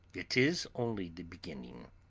it is only the beginning!